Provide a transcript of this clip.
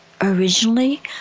originally